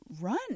run